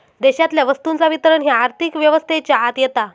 देशातल्या वस्तूंचा वितरण ह्या आर्थिक व्यवस्थेच्या आत येता